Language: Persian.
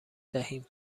دهیم